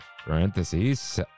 parentheses